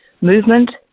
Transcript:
movement